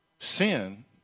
Sin